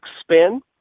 spin